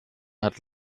hat